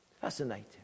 Fascinating